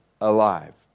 alive